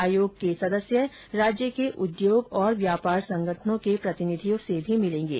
आयोग के सदस्य राज्य के उद्योग और व्यापार संगठनो के प्रतिनिधियों से भी मिलेंगे